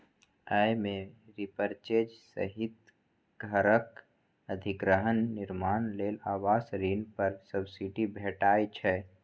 अय मे रीपरचेज सहित घरक अधिग्रहण, निर्माण लेल आवास ऋण पर सब्सिडी भेटै छै